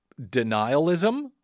denialism